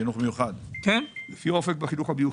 בחינוך המיוחד.